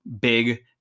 big